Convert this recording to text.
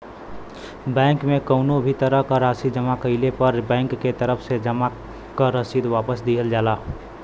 bank में कउनो भी तरह क राशि जमा कइले पर बैंक के तरफ से जमा क रसीद वापस दिहल जाला